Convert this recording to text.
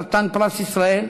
חתן פרס ישראל,